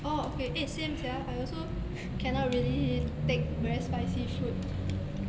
orh okay eh same sia I also cannot really take spicy food